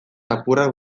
apurrak